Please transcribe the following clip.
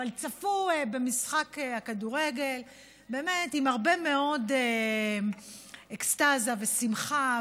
אבל צפו במשחק הכדורגל עם הרבה מאוד אקסטזה ושמחה,